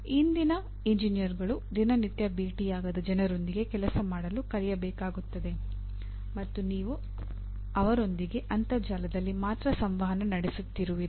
ಇಂದಿನ ಎಂಜಿನಿಯರ್ಗಳು ದಿನನಿತ್ಯ ಭೇಟಿಯಾಗದ ಜನರೊಂದಿಗೆ ಕೆಲಸ ಮಾಡಲು ಕಲಿಯಬೇಕಾಗುತ್ತದೆ ಮತ್ತು ನೀವು ಅವರೊಂದಿಗೆ ಅಂತರ್ಜಾಲದಲ್ಲಿ ಮಾತ್ರ ಸಂವಹನ ನಡೆಸುತ್ತಿರುವಿರಿ